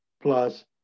plus